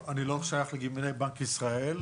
לא, אני לא שייך לגמלאי בנק ישראל.